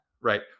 Right